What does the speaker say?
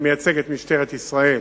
שמייצג את משטרת ישראל